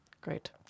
Great